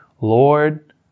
Lord